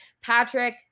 Patrick